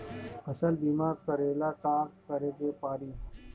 फसल बिमा करेला का करेके पारी?